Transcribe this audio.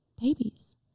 babies